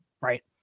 Right